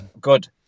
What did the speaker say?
Good